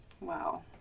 Wow